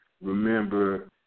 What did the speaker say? remember